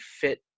fit